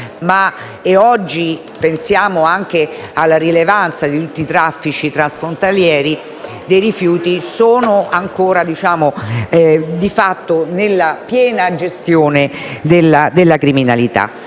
ma occorre pensare anche alla rilevanza odierna dei traffici transfrontalieri dei rifiuti che sono ancora, di fatto, nella piena gestione della criminalità.